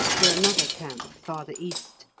for another camp farther east,